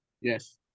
Yes